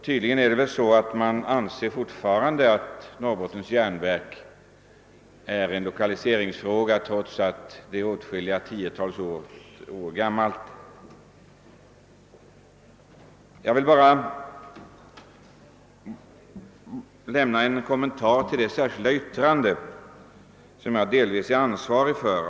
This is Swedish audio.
Tydligen anser man fortfarande att Norrbottens järnverk är en lokaliseringsfråga, trots att företaget är åtskilliga tiotal år gammalt. Jag vill bara lämna en kommentar till det särskilda yttrandet — som jag delvis är ansvarig för.